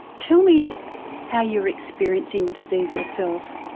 tell me how you're experiencing the disease yourself.